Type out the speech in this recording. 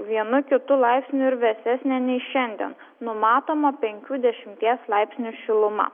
vienu kitu laipsniu ir vėsesnė nei šiandien numatoma penkių dešimties laipsnių šiluma